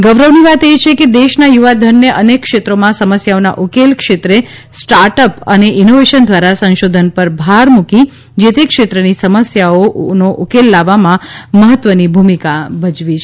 ગૌરવની વાત એ છે કે દેશના યુવાધનને અનેક ક્ષેત્રોમાં સમસ્યાઓના ઉકેલ ક્ષેત્રે સ્ટાર્ટ અપ અને ઇનોવેશન દ્વારા સંશોધન પર ભાર મૂકી જે તે ક્ષેત્રની સમસ્યાનો ઉકેલ લાવવામાં મહત્ત્વની ભૂમિકા ભજવી છે